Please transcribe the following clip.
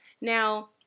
Now